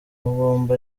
bombi